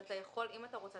אם אתה רוצה,